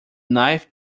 knife